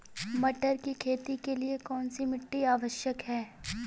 मटर की खेती के लिए कौन सी मिट्टी आवश्यक है?